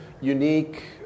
unique